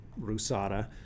RUSADA